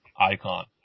icon